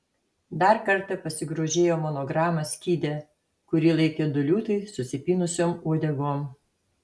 dar kartą pasigrožėjo monograma skyde kurį laikė du liūtai susipynusiom uodegom